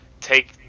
take